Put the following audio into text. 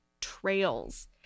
trails